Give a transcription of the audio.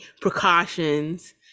precautions